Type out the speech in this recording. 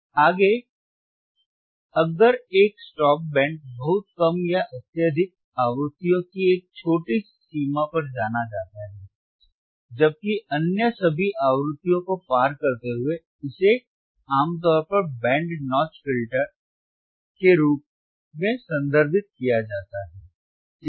आगे अगर एक स्टॉप बैंड बहुत कम या अत्यधिक आवृत्तियों की एक छोटी सी सीमा पर जाना जाता है जबकि अन्य सभी आवृत्तियों को पार करते हुए इसे आमतौर पर Band Notch Filter band notch filter के रूप में संदर्भित किया जाता है